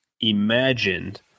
imagined